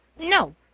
No